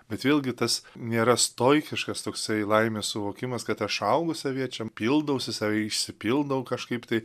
bet vėlgi tas nėra stoikiškas toksai laimės suvokimas kad aš alų savyje čiam pildausi save išsipildau kažkaip tai